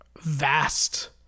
vast